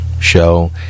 show